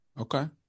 okay